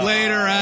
Later